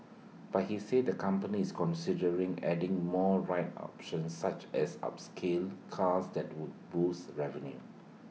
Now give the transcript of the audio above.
but he said the company is considering adding more ride options such as upscale cars that would boost revenue